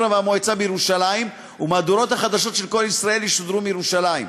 והמועצה בירושלים ומהדורות החדשות של "קול ישראל" ישודרו מירושלים.